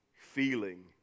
feeling